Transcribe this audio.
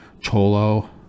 Cholo